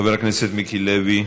חבר הכנסת מיקי לוי,